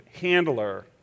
Handler